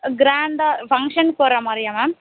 க்ராண்டாக ஃபங்க்ஷனுக்கு போடுறா மாதிரியா மேம்